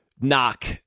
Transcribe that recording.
knock